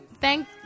Thank